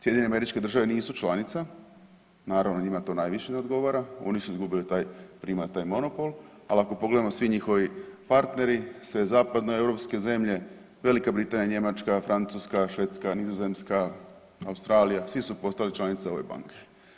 SAD nisu članice, naravno njima to najviše ne odgovara, oni su izgubili taj primat, taj monopol, ali ako pogledamo svi njihovi partneri sve zapadnoeuropske zemlje Velika Britanija, Njemačka, Francuska, Švedska, Nizozemska, Australija svi su postali članice ove banke.